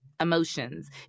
Emotions